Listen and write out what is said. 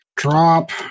Drop